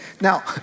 Now